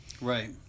right